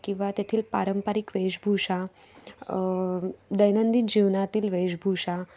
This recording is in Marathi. किंवा तेथील पारंपरिक वेशभूषा दैनंदिन जीवनातील वेशभूषा